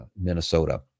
Minnesota